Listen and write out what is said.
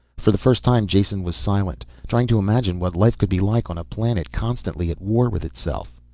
for the first time jason was silent. trying to imagine what life could be like on a planet constantly at war with itself.